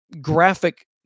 graphic